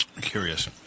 curious